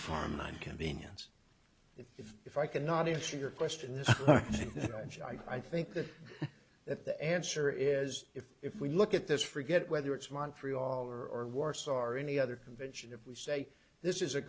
farmland convenience if if i cannot answer your question this i think that the answer is if if we look at this forget whether it's montreal or warsaw are any other convention if we say this is a